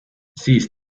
siis